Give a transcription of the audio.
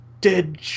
dead